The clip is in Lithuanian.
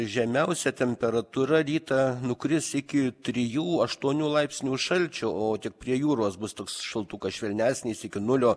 žemiausia temperatūra rytą nukris iki trijų aštuonių laipsnių šalčio o tik prie jūros bus toks šaltukas švelnesnis iki nulio